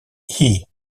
hee